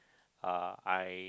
uh I